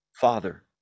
Father